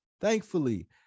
thankfully